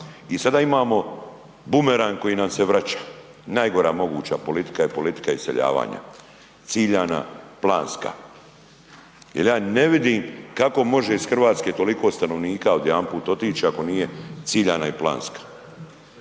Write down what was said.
i sada imamo bumerang koji nam se vraća. Najgora moguća politika je politika iseljavanja, ciljana, planska. Ja ne vidim kako može iz Hrvatske toliko stanovnika odjedanput otići, ako nije ciljana i planska.